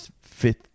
fifth